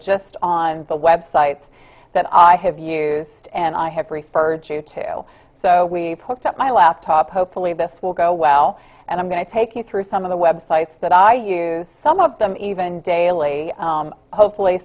just on the website that i have used and i have referred you to so we hooked up my laptop hopefully this will go well and i'm going to take you through some of the websites that i use some of them even daily hopefully